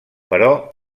però